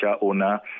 owner